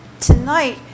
tonight